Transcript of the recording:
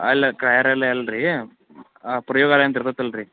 ಅಲ್ಲ ಕಾರ್ಯಾಲಯ ಅಲ್ಲ ರೀ ಪ್ರಯೋಗಾಲಯ ಅಂತ ಇರ್ತಯ್ತ ಅಲ್ಲ ರೀ